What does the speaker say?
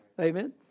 Amen